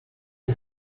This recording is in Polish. nie